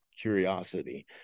curiosity